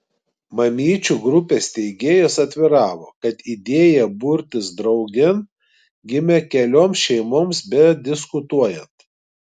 mamyčių grupės steigėjos atviravo kad idėja burtis draugėn gimė kelioms šeimoms bediskutuojant